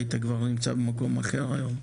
היית כבר נמצא במקום אחר היום,